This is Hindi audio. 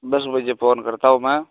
दस बजे फ़ोन करता हूँ मैं